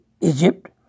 Egypt